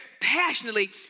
passionately